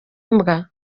imbwa